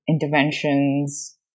interventions